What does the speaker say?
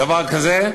דבר כזה,